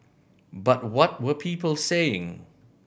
but what were people saying